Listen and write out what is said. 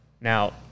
now